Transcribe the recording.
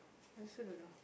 I also don't know